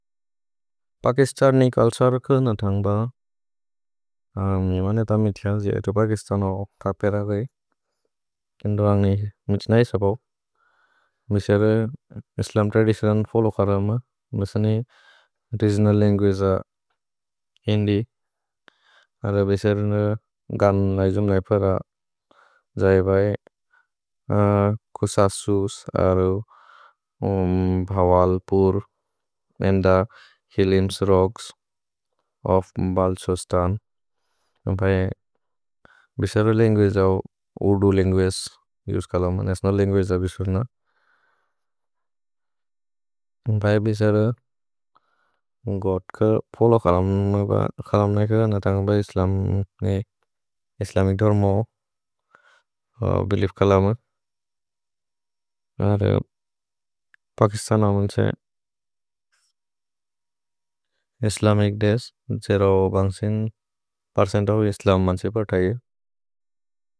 Pakistani culture क नथन्ग् ब। मेव नेत मितिअ जैतु पकिस्तनो क पेर गै। किन् रानि मिति नहि सबब्। भेसेरे इस्लम् त्रदितिओन् फोल्लोव् करम। भेसनि रेगिओनल् लन्गुअगे ह हिन्दि। भेसेरे गान् लैजुम् नै पर जै बै। कुससुस्, भवल्पुर्, एन्द, हिलिम्स्, रोग्स् ओफ् भल्छिस्तन्। भेसेरे लन्गुअगे औ उर्दु लन्गुअगे। युस् कलम् नतिओनल् लन्गुअगे अबिसुर् न। भेसेरे गोद् क फोल्लोव् करम। नथन्ग् ब। इस्लमिच् धर्म। भेलिएफ् करम। Pakistan is Islamic nation. Zero point one percent of Islam.